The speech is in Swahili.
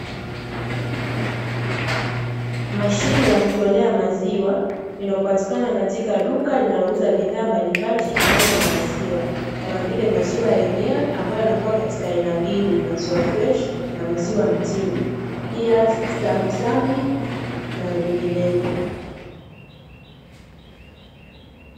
Mashine ya kutolea maziwa, inayopatikana katika duka lililouza bidhaa mbalimbali zitokanazo na maziwa, kama vile maziwa yenyewe, ambayo yanakuwa katika aina mbili, maziwa freshi na maziwa mtindi, pia samli na vinginevyo.